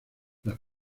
las